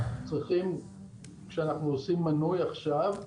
אנחנו צריכים כשאנחנו עושים מנוי עכשיו,